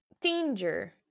Danger